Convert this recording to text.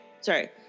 sorry